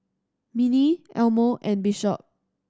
Minnie Elmo and Bishop